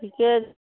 ठीके